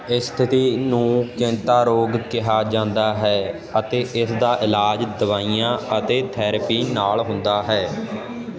ਇਸ ਸਥਿਤੀ ਨੂੰ ਚਿੰਤਾ ਰੋਗ ਕਿਹਾ ਜਾਂਦਾ ਹੈ ਅਤੇ ਇਸ ਦਾ ਇਲਾਜ ਦਵਾਈਆਂ ਅਤੇ ਥੈਰੇਪੀ ਨਾਲ ਹੁੰਦਾ ਹੈ